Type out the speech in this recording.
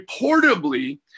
reportedly